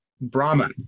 Brahma